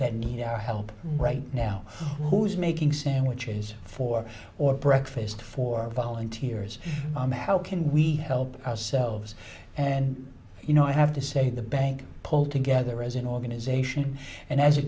that need our help right now who's making sandwiches for or breakfast for volunteers how can we help ourselves and you know i have to say the bank pulled together as an organization and as a